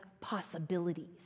possibilities